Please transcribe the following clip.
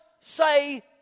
say